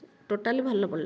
totally ଭଲ ପଡ଼ିଲାନି